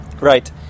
Right